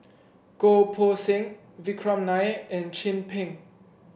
Goh Poh Seng Vikram Nair and Chin Peng